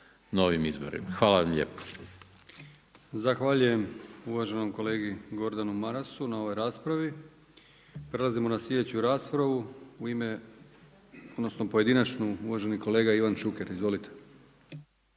Hvala vam lijepa.